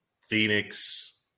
Phoenix